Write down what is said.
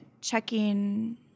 checking